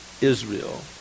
Israel